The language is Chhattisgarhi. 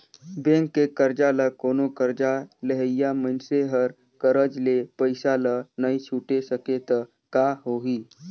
बेंक के करजा ल कोनो करजा लेहइया मइनसे हर करज ले पइसा ल नइ छुटे सकें त का होही